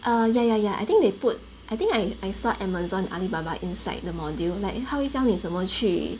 err yeah yeah yeah I think they put I think I I saw Amazon Alibaba inside the module like 他会教怎么去